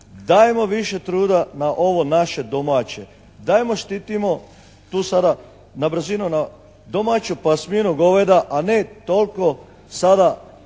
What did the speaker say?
dajmo više truda na ovo naše domaće. Dajmo štitimo, tu sada na brzinu na domaću pasminu goveda, a ne toliko sada